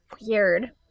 weird